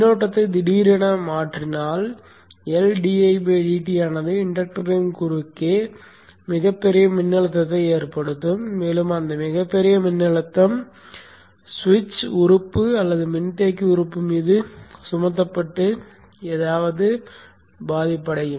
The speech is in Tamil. மின்னோட்டம் திடீரென மாறினால் L ஆனது இண்டக்டரின் குறுக்கே மிகப் பெரிய மின்னழுத்தத்தை ஏற்படுத்தும் மேலும் அந்த மிகப் பெரிய மின்னழுத்தம் சுவிட்ச் உறுப்பு அல்லது மின்தேக்கி உறுப்பு மீது சுமத்தப்பட்டு ஏதாவது சிதையும்